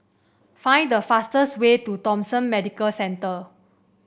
find the fastest way to Thomson Medical Centre